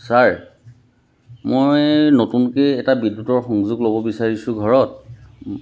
sir মই নতুনকৈ এটা বিদ্যুতৰ সংযোগ ল'ব বিচাৰিছোঁ ঘৰত